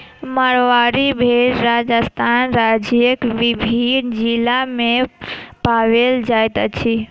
मारवाड़ी भेड़ राजस्थान राज्यक विभिन्न जिला मे पाओल जाइत अछि